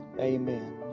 Amen